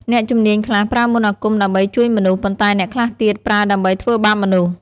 អ្នកជំនាញខ្លះប្រើមន្តអាគមដើម្បីជួយមនុស្ស ប៉ុន្តែអ្នកខ្លះទៀតប្រើដើម្បីធ្វើបាបមនុស្ស។